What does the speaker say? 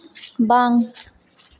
ᱵᱟᱝ